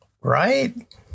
right